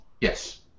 Yes